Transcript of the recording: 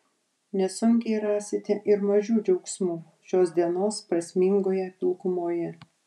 nesunkiai rasite ir mažų džiaugsmų šios dienos prasmingoje pilkumoje